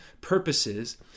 purposes